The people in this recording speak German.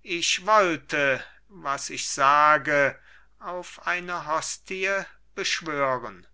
ich wollte was ich sage auf eine hostie beschwören